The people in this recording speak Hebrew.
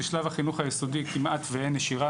בשלב החינוך היסודי כמעט ואין נשירה,